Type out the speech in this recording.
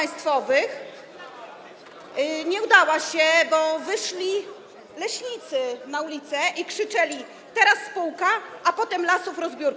nie udała się, bo wyszli leśnicy na ulice i krzyczeli: Teraz spółka, a potem lasów rozbiórka.